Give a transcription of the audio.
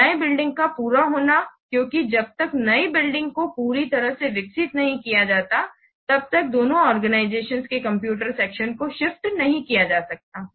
नए बिल्डिंग का पूरा होना क्योंकि जब तक नए बिल्डिंग को पूरी तरह से विकसित नहीं किया जाता है तब तक दोनों ऑर्गनिज़तिओन्स के कंप्यूटर सेक्शंस को शिफ्ट नहीं किया जा सकता है